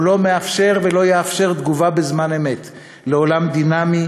הוא לא מאפשר ולא יאפשר תגובה בזמן אמת לעולם דינמי,